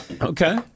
Okay